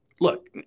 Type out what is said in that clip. look